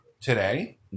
today